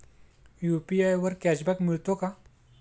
UPI वर cashback मिळतो का?